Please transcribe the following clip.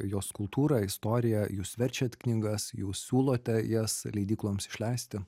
jos kultūrą istoriją jūs verčiat knygas jūs siūlote jas leidykloms išleisti